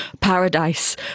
paradise